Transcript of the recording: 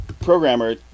programmer